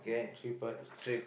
three parts